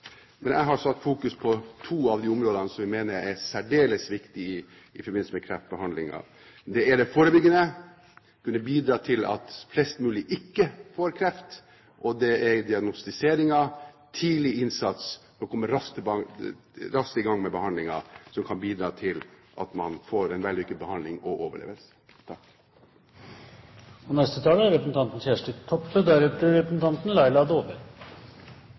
men jeg har satt fokus på to av de områdene som jeg mener er særdeles viktige i forbindelse med kreftbehandling. Det er det forebyggende – kunne bidra til at flest mulig ikke får kreft – og det er diagnostiseringen – tidlig innsats og komme raskt i gang med behandlingen, noe som kan bidra til at man får en vellykket behandling og overlever. Kreft er